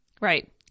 right